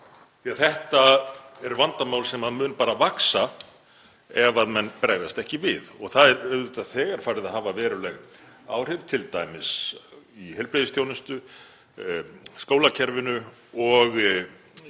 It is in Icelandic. því þetta er vandamál sem mun bara vaxa ef menn bregðast ekki við og það er auðvitað þegar farið að hafa veruleg áhrif, t.d. í heilbrigðisþjónustu, skólakerfinu og á